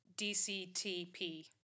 DCTP